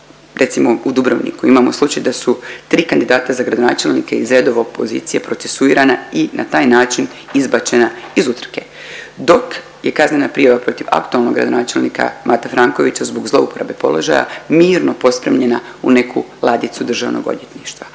recimo u Dubrovniku imamo slučaj da su tri kandidata za gradonačelnika iz redova opozicije procesuirana i na taj način izbačena iz utrke, dok je kaznena prijava protiv aktualnog gradonačenika Mate Frankovića zbog zlouporabe položaja mirno pospremljena u neku ladicu državnog odvjetništva,